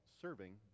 serving